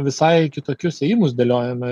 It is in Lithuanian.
visai kitokius ėjimus dėliojame